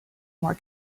more